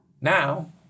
Now